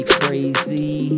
crazy